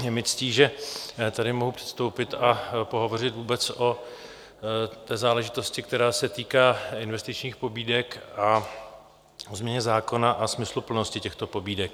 Je mi ctí, že tady mohu předstoupit a pohovořit o záležitosti, která se týká investičních pobídek a o změně zákona a smysluplnosti těchto pobídek.